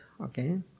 Okay